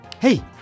Hey